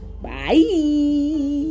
bye